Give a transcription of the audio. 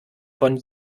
von